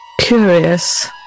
Curious